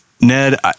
Ned